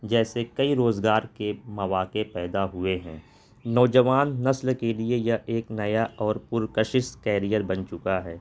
جیسے کئی روزگار کے مواقع پیدا ہوئے ہیں نوجوان نسل کے لیے یہ ایک نیا اور پرکشش کیریئر بن چکا ہے